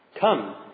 Come